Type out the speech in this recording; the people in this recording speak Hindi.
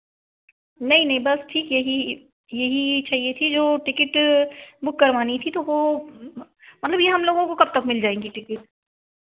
नहीं नहीं बस ठीक है यही चाहिए थी जो टिकट बुक करवानी थी तो मतलब यह हम लोगों को कब तक मिल जाएँगी टिकट